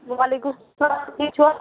وعلیکُم سلام ٹھیٖک چھُوا